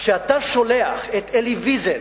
כשאתה שולח את אלי ויזל